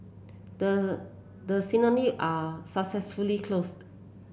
the are successfully closed